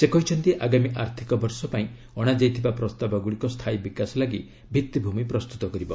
ସେ କହିଛନ୍ତି ଆଗାମୀ ଆର୍ଥିକ ବର୍ଷ ପାଇଁ ଅଣାଯାଇଥିବା ପ୍ରସ୍ତାବଗୁଡ଼ିକ ସ୍ଥାୟୀ ବିକାଶ ପାଇଁ ଭିତ୍ତିଭୂମି ପ୍ରସ୍ତୁତ କରିବ